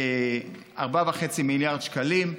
4.5 מיליארד שקלים.